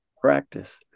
Practice